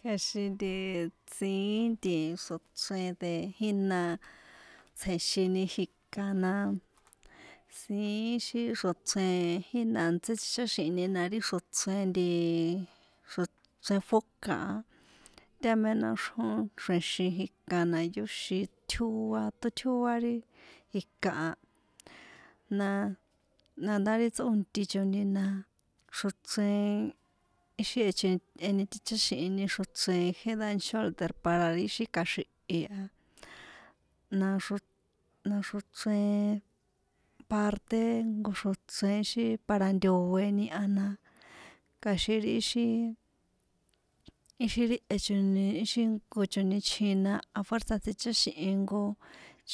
Kja̱xin nti siín nti xro̱chren de jina tsje̱xini jika na siín ixi xrochren jín a̱ntsí jina ticháxi̱hini na ri xrochren xrochren fóca̱ ta mé naxjrón xre̱xin jikana na yóxin tjóá tótjóári ika a na na ndá ri tsꞌóntichoni na xrochren ixi echo jeheni ticháxi̱hini xrochren jedacholder para ixi kaxi̱hi̱ a na xro na xrochren parte jnk xrochren ixi para ntoe̱ni a na kja̱xin ri ixi echon ixi jnko chonichjin afuérza̱ tsicháxi̱hin jnko